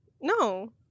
No